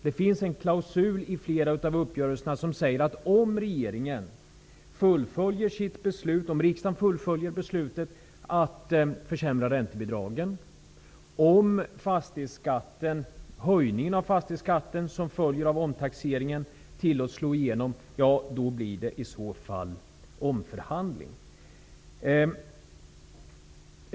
Det finns i flera av dem en klausul som säger att om regeringen och riksdagen fullföljer beslutet att försämra räntebidragen och att om den höjning av fastighetsskatten som följer av omtaxeringen tillåts slå igenom, blir det omförhandling.